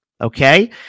okay